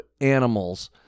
animals